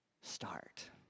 start